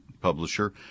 publisher